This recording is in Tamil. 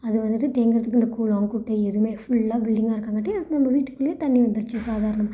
அது வந்துவிட்டு தேங்குறத்துக்கு இந்த குளம் குட்டை எதுவுமே ஃபுல்லாக பில்டிங்காக இருக்கங்காட்டி நம்ம வீட்டுக்குள்ளேயே தண்ணி வந்துடுச்சு சாதாரணமாக